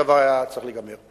הדבר היה צריך להיגמר.